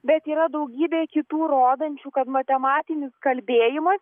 bet yra daugybė kitų rodančių kad matematinis kalbėjimas